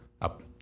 up